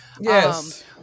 Yes